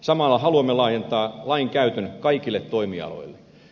samalla haluamme laajentaa lain käytön kaikille toimialoille